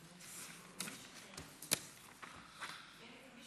אז תענה מה